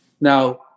Now